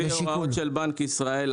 לפי הוראות של בנק ישראל,